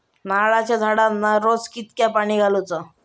नारळाचा झाडांना रोज कितक्या पाणी घालुचा?